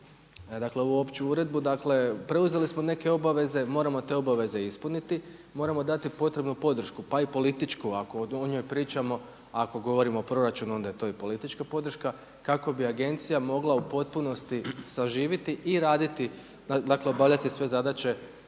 dakle ovu opću uredbu. Dakle, preuzeli smo neke obaveze, moramo te obaveze i ispuniti. Moramo dati potrebnu podršku pa i političku ako o njoj pričamo ako govorimo o proračunu onda je to i politička podrška kako bi agencija mogla u potpunosti saživiti i raditi dakle obavljati sve zadaće